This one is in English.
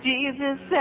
Jesus